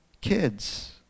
kids